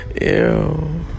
Ew